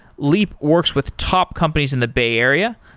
leap works with top companies in the bay area,